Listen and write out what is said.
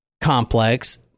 complex